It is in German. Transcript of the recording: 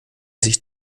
sich